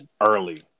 Early